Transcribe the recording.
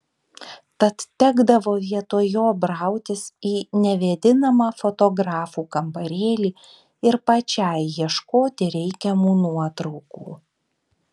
tad tekdavo vietoj jo brautis į nevėdinamą fotografų kambarėlį ir pačiai ieškoti reikiamų nuotraukų